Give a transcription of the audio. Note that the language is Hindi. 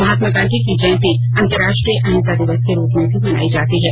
महात्मा गांधी की जयंती अंतर्राष्ट्रीय अहिंसा दिवस के रूप में भी मनाई जाती है